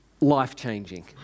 life-changing